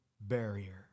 barrier